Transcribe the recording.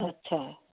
अच्छा